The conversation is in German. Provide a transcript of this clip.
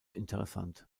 interessant